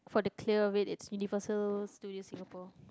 for the clear way is Universal Studio Singapore